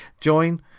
Join